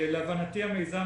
להבנתי המיזם